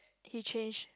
he changed